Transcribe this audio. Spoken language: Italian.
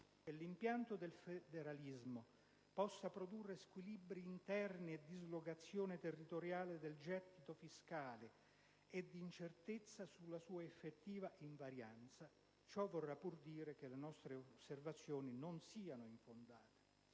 che l'impianto del federalismo possa produrre squilibri interni e dislocazione territoriale del gettito fiscale e incertezza sulla sua effettiva invarianza, ciò vorrà pur dire che le nostre osservazioni non sono infondate.